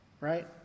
right